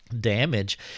Damage